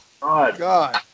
God